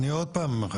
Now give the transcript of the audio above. אני עוד פעם אומר